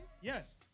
Yes